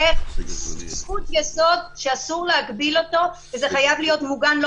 שזו זכות יסוד שאסור להגביל אותה וזה חייב להיות מעוגן בחקיקה הראשית,